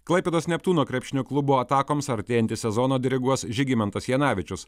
klaipėdos neptūno krepšinio klubo atakoms artėjantį sezoną diriguos žygimantas janavičius